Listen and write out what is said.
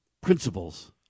principles